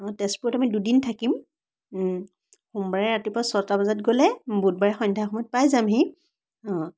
অঁ তেজপুৰত আমি দুদিন থাকিম সোমবাৰে ৰাতিপুৱা ছয়টা বজাত গ'লে বুধবাৰে সন্ধ্যা সময়ত পাই যামহি অঁ